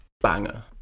banger